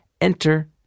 Enter